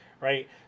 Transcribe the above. right